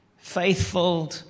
Faithful